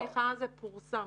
מבחן התמיכה הזה פורסם,